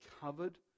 covered